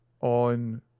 on